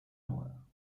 noire